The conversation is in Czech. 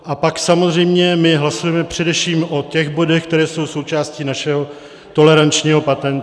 A pak samozřejmě my hlasujeme především o těch bodech, které jsou součástí našeho tolerančního patentu.